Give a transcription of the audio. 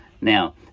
Now